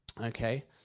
okay